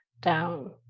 down